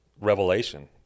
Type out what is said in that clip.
revelation